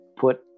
put